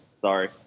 Sorry